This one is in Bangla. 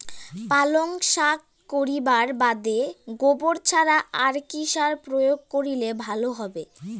পালং শাক করিবার বাদে গোবর ছাড়া আর কি সার প্রয়োগ করিলে ভালো হবে?